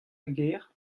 gêr